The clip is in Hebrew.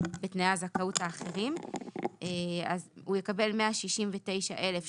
בתנאי הזכאות האחרים אז הוא יקבל 169,330,